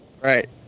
Right